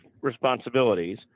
responsibilities